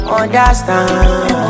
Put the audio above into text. understand